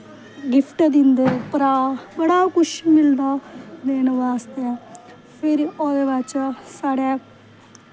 gift दिंदे भ्राऽ बड़ा कुश मिलदा देन आस्तै फिर ओह्दे बाद च साढ़ै